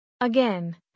Again